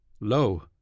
Lo